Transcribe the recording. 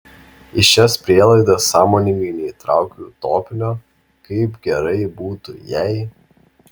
į šias prielaidas sąmoningai neįtraukiau utopinio kaip gerai būtų jei